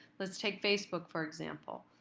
let's take facebook for example.